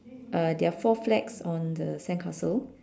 uh there are four flags on the sandcastle